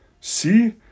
See